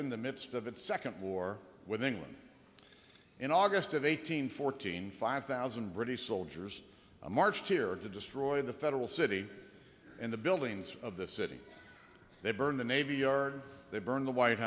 in the midst of its second war with england in august of eight hundred fourteen five thousand british soldiers marched here to destroy the federal city and the buildings of the city they burned the navy yard they burned the white